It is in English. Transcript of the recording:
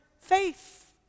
faith